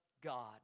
God